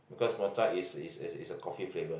because mocha is is is is a coffee flavour